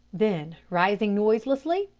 then rising noiselessly,